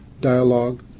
dialogue